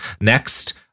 next